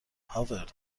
هاورد